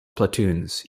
platoons